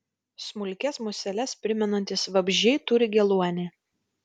smulkias museles primenantys vabzdžiai turi geluonį